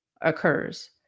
occurs